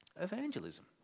Evangelism